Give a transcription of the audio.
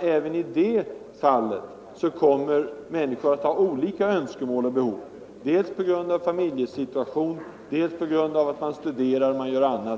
Även då kommer människor att ha olika önskemål och behov, på grund av sin familjesituation, på grund av att en del studerar osv.